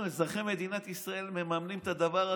אנחנו, אזרחי מדינת ישראל, ממנים את הדבר הזה.